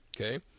okay